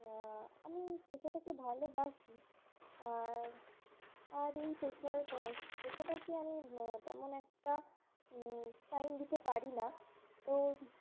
আমি পেশাটাকে ভালোবাসি আর আর এই পেশার পেশাটাকে আমি তেমন একটা টাইম দিতে পারি না তো